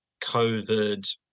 COVID